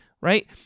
right